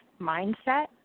mindset